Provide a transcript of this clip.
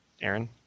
Aaron